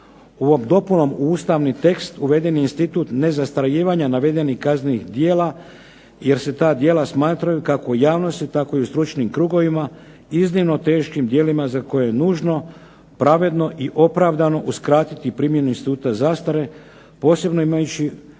Ovom dopunom u Ustavni tekst uveden je institut "nezastarijevanja navedenih kaznenih djela" jer se ta djela smatraju kako u javnosti tako u stručnim krugovima iznimno teškim djelima za koje je nužno pravedno i opravdano uskratiti u primjeni instituta zastare posebno imajući